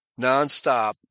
nonstop